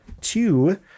Two